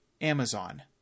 Amazon